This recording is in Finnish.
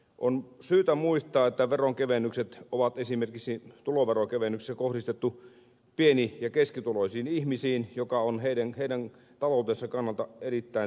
on syytä muistaa että veronkevennykset on esimerkiksi tuloveronkevennyksessä kohdistettu pieni ja keskituloisiin ihmisiin mikä on heidän taloutensa kannalta erittäin tärkeää